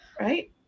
Right